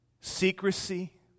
secrecy